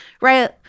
Right